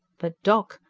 but doc,